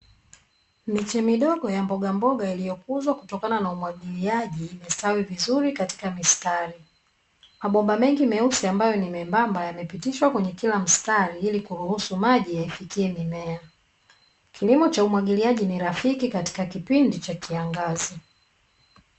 Miche midogo ya mboga mboga iliyokuzwa kutokana na umwagiliaji imestawi vizuri katika mistari, mabomba mengi meusi ambayo ni membamba yamepitishwa kwenye kila mstari ili kuruhusu maji yaifikie mimea. Kilimo cha umwagiliaji ni rafiki katika kipindi cha kiangazi.